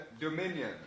dominion